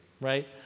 right